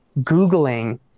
googling